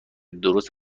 درست